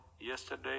yesterday